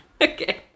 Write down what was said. Okay